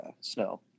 snow